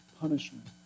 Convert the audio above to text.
Punishment